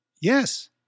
Yes